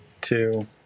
two